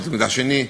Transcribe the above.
בית-מקדש שני,